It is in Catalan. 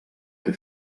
que